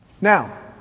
Now